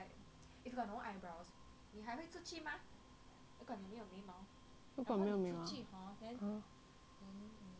如果我没有眉毛